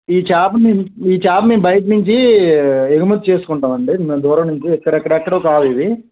ఈ చేపని ఈ చేపని బయట నుంచి ఎగుమతి చేసుకుంటాం అండి మేము దూరం నుంచి ఇక్కడ ఎక్కడో కాదు ఇది